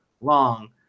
long